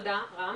אז תודה רם,